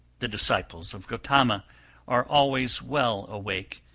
the disciples of gotama are always well awake,